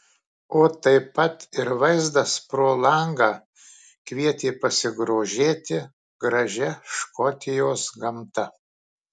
o taip pat ir vaizdas pro langą kvietė pasigrožėti gražia škotijos gamta